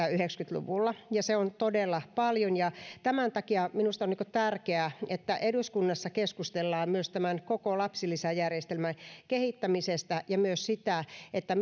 luvulla se on todella paljon ja tämän takia minusta on tärkeää että eduskunnassa keskustellaan myös tämän koko lapsilisäjärjestelmän kehittämisestä ja myös siitä